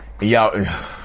Y'all